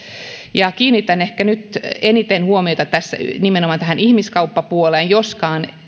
ja kiinnitän ehkä nyt eniten huomiota tässä nimenomaan tähän ihmiskauppapuoleen joskin